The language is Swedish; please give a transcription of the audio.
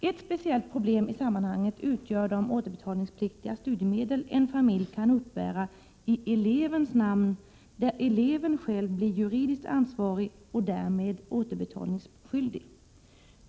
Ett speciellt problem i sammanhanget utgör de återbetalningspliktiga studiemedel en familj kan uppbära i elevens namn, varvid eleven själv blir juridiskt ansvarig och därmed återbetalningsskyldig.